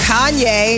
Kanye